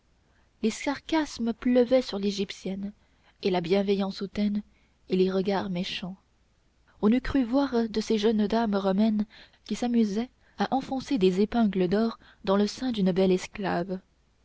les sarcasmes pleuvaient sur l'égyptienne et la bienveillance hautaine et les regards méchants on eût cru voir de ces jeunes dames romaines qui s'amusaient à enfoncer des épingles d'or dans le sein d'une belle esclave